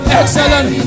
excellent